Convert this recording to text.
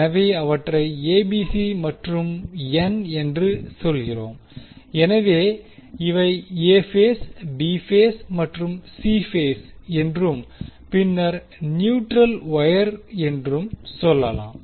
எனவே அவற்றை ஏபிசி மற்றும் என் என்று சொல்கிறோம் எனவே இவை எ பேஸ் பி பேஸ் மற்றும் சி பேஸ் என்றும் பின்னர் நியூட்ரல் வொயர் என்றும் சொல்லலாம்